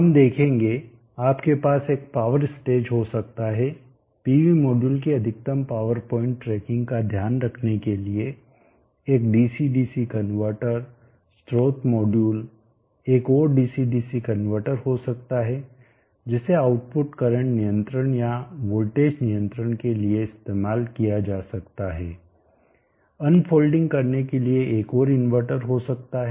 हम देखेंगे आपके पास एक पावर स्टेज हो सकता है पीवी मॉड्यूल की अधिकतम पावर पॉइंट ट्रैकिंग का ध्यान रखने के लिए एक डीसी डीसी कनवर्टर स्रोत मॉड्यूल एक और डीसी डीसी कनवर्टर हो सकता है जिसे आउटपुट करंट नियंत्रण या वोल्टेज नियंत्रण के लिए इस्तेमाल किया जा सकता है अनफोल्डिंग करने के लिए एक और कनवर्टर हो सकता है